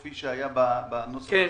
כפי שהיה בנוסח הקודם.